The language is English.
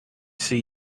see